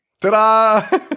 Ta-da